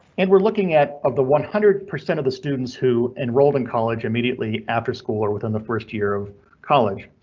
and we're looking at of the one hundred percent of the students who enrolled in college immediately after school or within the first year of college,